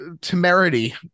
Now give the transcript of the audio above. temerity